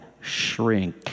shrink